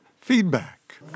Feedback